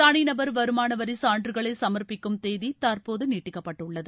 தனிநபர் வருமானவரி சான்றுகளை சமர்ப்பிக்கும் தேதி தற்போது நீட்டிக்கப்பட்டுள்ளது